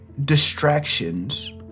distractions